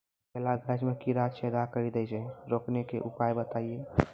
केला गाछ मे कीड़ा छेदा कड़ी दे छ रोकने के उपाय बताइए?